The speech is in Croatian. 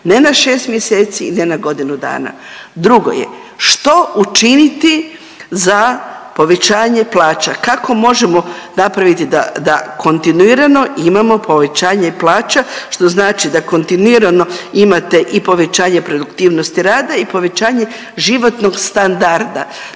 ne na šest mjeseci, ne na godinu dana. Drugo je što učiniti za povećanje plaća? Kako možemo napraviti da kontinuirano imamo povećanje plaća što znači da kontinuirano imate i povećanje produktivnosti rada i povećanje životnog standarda,